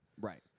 right